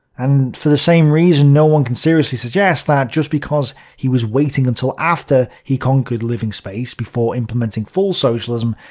and for the same reason, no one can seriously suggest that just because he was waiting until after he conquered living space before implementing full-socialism,